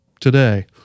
today